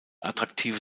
attraktive